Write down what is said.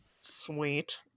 sweet